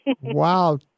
Wow